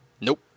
Nope